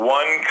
one